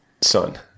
son